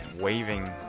waving